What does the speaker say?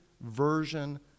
version